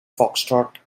foxtrot